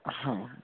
হ্যাঁ হ্যাঁ